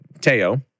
teo